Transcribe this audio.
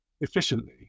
efficiently